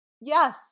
Yes